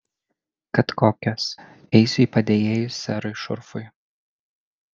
kad kokios eisiu į padėjėjus serui šurfui